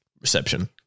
reception